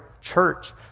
church